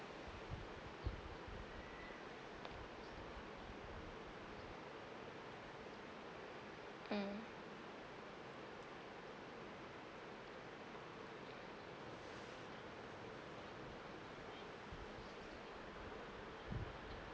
mm